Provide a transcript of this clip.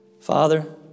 Father